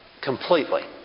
completely